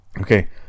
okay